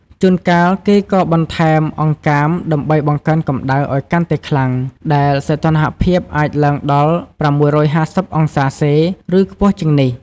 ជួនកាលគេក៏បន្ថែមអង្កាមដើម្បីបង្កើនកំដៅឱ្យកាន់តែខ្លាំង ដែលសីតុណ្ហភាពអាចឡើងដល់ ៦៥០ អង្សាសេ ឬខ្ពស់ជាងនេះ។